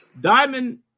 Diamond